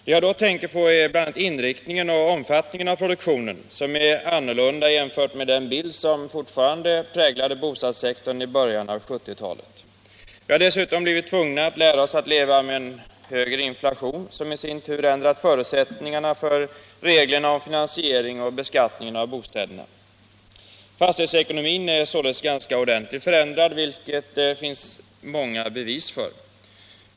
Det jag då tänker på är bl.a. inriktningen och omfattningen av produktionen, som är något helt annat än den bild som fortfarande präglade bostadssektorn i början av 1970-talet. Vi har dessutom blivit tvungna att lära oss att leva med en högre inflation, som i sin tur ändrat förutsättningarna för reglerna om finansiering och beskattning av bostäder. Fastighetsekonomin är således ganska ordentligt försämrad, vilket det finns många bevis för.